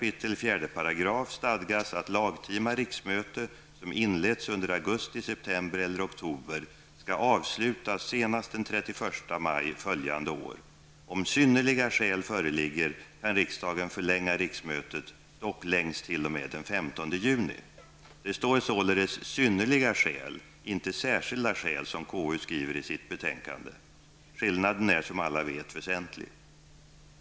I dess Det står således ''synnerliga skäl'', inte ''särskilda skäl'', som KU skriver i sitt betänkande. Skillnaden är, som alla vet, väsentlig.